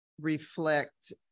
reflect